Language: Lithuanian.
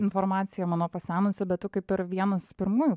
informacija mano pasenusi bet tu kaip ir vienas pirmųjų